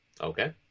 Okay